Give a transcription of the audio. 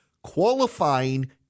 Qualifying